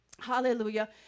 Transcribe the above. hallelujah